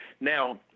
Now